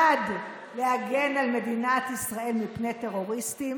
שנועד להגן על מדינת ישראל מפני טרוריסטים,